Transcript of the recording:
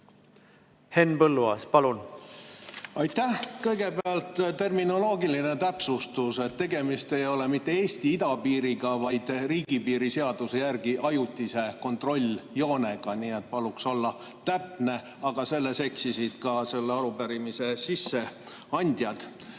Henn Põlluaas, palun! Aitäh! Kõigepealt terminoloogiline täpsustus. Tegemist ei ole mitte Eesti idapiiriga, vaid riigipiiri seaduse järgi ajutise kontrolljoonega. Nii et paluks olla täpne. Aga selles eksisid ka selle arupärimise sisseandjad.